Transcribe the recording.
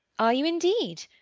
are you, indeed?